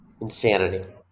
insanity